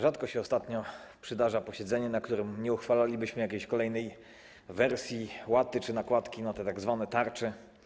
Rzadko się ostatnio zdarza posiedzenie, na którym nie uchwalalibyśmy jakiejś kolejnej wersji tarczy, łaty czy nakładki na tzw. tarcze.